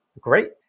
great